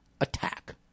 attack